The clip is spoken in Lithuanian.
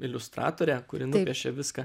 iliustratorė kuri nupiešė viską